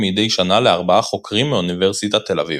מדי שנה לארבעה חוקרים מאוניברסיטת תל אביב.